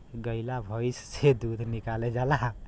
गइया भईस से दूध निकालल जाला